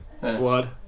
Blood